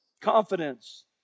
Confidence